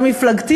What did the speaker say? המפלגתי,